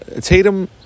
Tatum –